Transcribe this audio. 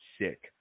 sick